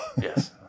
Yes